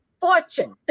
Fortune